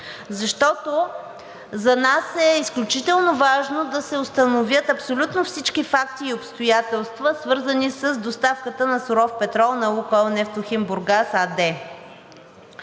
защото за нас е изключително важно да се установят абсолютно всички факти и обстоятелства, свързани с доставката на суров петрол на „Лукойл Нефтохим Бургас“ АД.